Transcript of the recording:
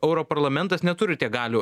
europarlamentas neturi tiek galių